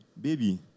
baby